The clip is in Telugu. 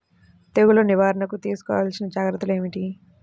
తెగులు నివారణకు తీసుకోవలసిన జాగ్రత్తలు ఏమిటీ?